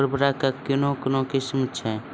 उर्वरक कऽ कून कून किस्म छै?